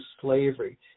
slavery